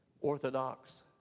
orthodox